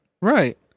Right